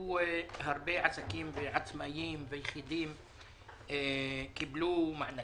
הרבה עסקים ועצמאיים ויחידים קיבלו מענקים,